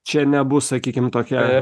čia nebus sakykim tokia